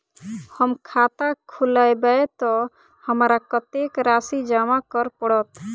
हम खाता खोलेबै तऽ हमरा कत्तेक राशि जमा करऽ पड़त?